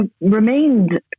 remained